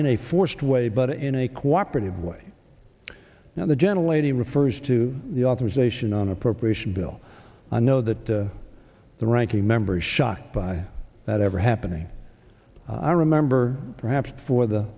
in a forced way but in a cooperative way now the gentle lady refers to the authorization on appropriation bill i know that the ranking member shocked by that ever happening i remember perhaps for the